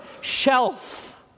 shelf